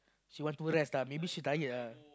she want to rest for lah maybe she tired ah